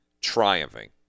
triumphing